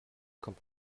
kommt